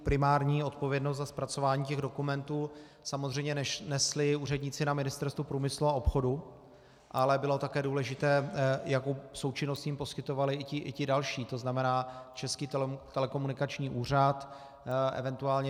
Primární odpovědnost za zpracování dokumentů samozřejmě nesli úředníci na Ministerstvu průmyslu a obchodu, ale bylo také důležité, jakou součinnost jim poskytovali i ti další, to znamená Český telekomunikační úřad, event.